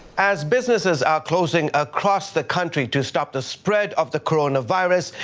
as businesses are closing across the country to stop the spread of the coronavirus,